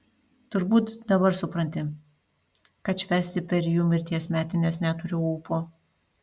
turbūt dabar supranti kad švęsti per jų mirties metines neturiu ūpo